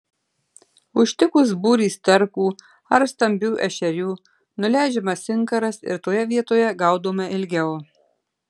užtikus būrį sterkų ar stambių ešerių nuleidžiamas inkaras ir toje vietoje gaudoma ilgiau